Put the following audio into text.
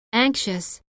anxious